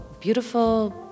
beautiful